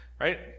right